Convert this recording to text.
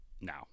now